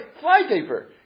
flypaper